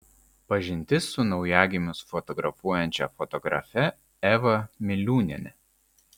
pažintis su naujagimius fotografuojančia fotografe eva miliūniene